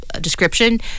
description